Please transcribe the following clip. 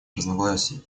разногласий